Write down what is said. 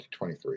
2023